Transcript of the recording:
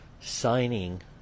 signing